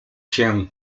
się